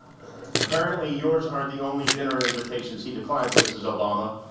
apparently, yours aren't the only dinner invitations he declines, mrs. obama.